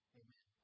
amen